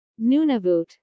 Nunavut